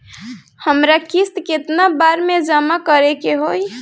हमरा किस्त केतना बार में जमा करे के होई?